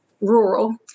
rural